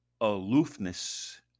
aloofness